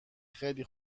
خیلی